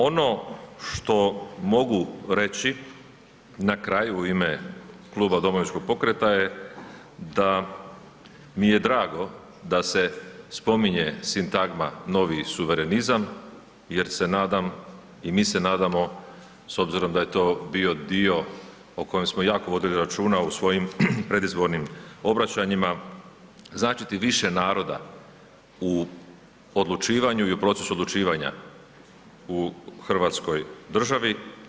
Ono što mogu reći na kraju u ime Kluba Domovinskog pokreta je da mi je drago da se spominje sintagma novi suverenizam jer se nadam i mi se nadamo, s obzirom da je to bio dio o kojem smo jako vodili računa u svojim predizbornim obraćanjima, značiti više naroda u odlučivanju i o procesu odlučivanja u hrvatskoj državi.